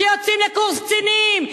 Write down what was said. שיוצאים לקורס קצינים,